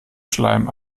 schleim